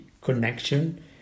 connection